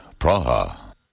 Praha